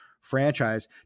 franchise